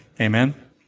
Amen